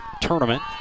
tournament